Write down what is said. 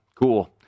Cool